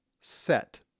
set